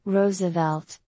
Roosevelt